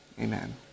Amen